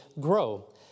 grow